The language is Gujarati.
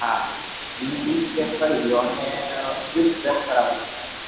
હા ઈ જ પેક કરી દયો અને ગિફ્ટ પેક કરાવવું છે મારે